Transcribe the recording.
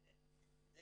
זה